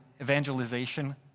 evangelization